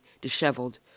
disheveled